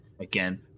again